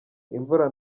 imvura